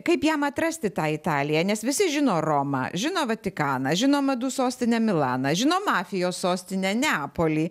kaip jam atrasti tą italiją nes visi žino romą žino vatikaną žino madų sostinę milaną žino mafijos sostinę neapolį